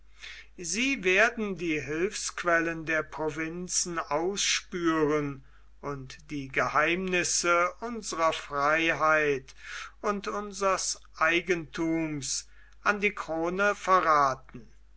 sie werden die hilfsquellen der provinzen ausspüren und die geheimnisse unsrer freiheit und unsers eigenthums an die krone verrathen